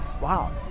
wow